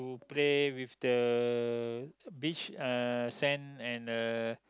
play with the beach uh sand and the